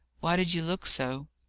why did you look so?